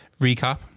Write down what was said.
recap